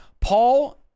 Paul